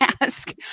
ask